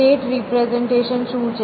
state representation શું છે